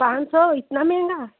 पाँच सौ इतना महँगा